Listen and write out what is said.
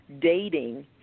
dating